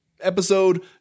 episode